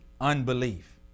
Unbelief